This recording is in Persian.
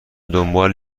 دنبال